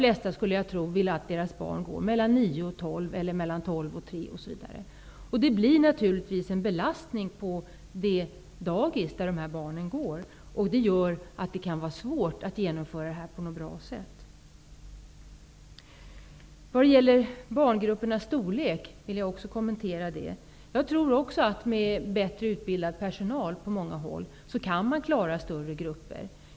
Jag skulle tro att de allra flesta vill att barnen går mellan kl. 09.00 och 12.00 eller mellan kl. 12.00 och Naturligtvis innebär detta en belastning för det dagis där de här barnen är inskrivna. Därför kan det vara svårt att genomföra detta på ett bra sätt. Också barngruppernas storlek vill jag kommentera. Jag tror också att man med bättre utbildad personal på många håll kan klara större grupper.